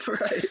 Right